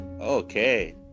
Okay